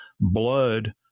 blood